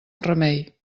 remei